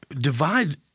Divide